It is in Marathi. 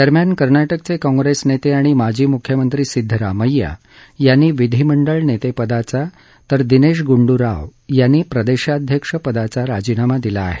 दरम्यान कर्नाटकचे काँग्रेस नेते आणि माजी मुख्यमंत्री सिद्धरामथ्या यांनी विधीमंडळ नेतेपदाचा तर दिनेश गुंडू राव यांनी प्रदेशाध्यक्ष पदाचा राजीनामा दिला आहे